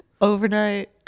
Overnight